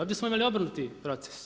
Ovdje smo imali obrnuti proces.